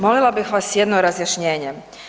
Molila bih vas jedno razjašnjenje.